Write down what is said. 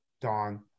Dawn